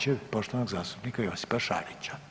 će poštovanog zastupnika Josipa Šarića.